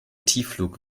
tiefflug